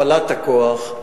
הפעלת הכוח,